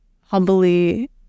humbly